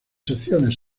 secciones